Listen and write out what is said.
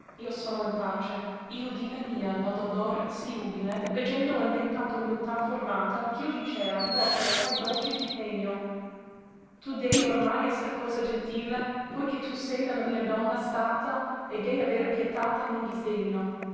io sono in pace io divenia nel dolor sì umile veggendo in lei tanta umiltà formata ch'io dicea morte assai dolce ti tegno tu dèi omai esser cosa gentile poi che tu se ne la mia donna stata e dèi aver pietate e non disdegno